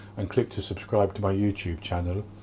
and click to subscribe to my youtube channel.